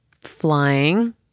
flying